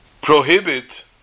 prohibit